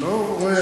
אני לא רואה.